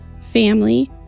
family